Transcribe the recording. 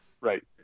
Right